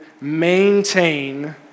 maintain